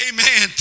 Amen